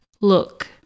Look